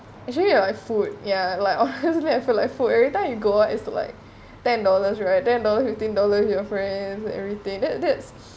actually like food ya like food every time you go is to like ten dollars right ten dollars fifteen dollar your friend everything that that's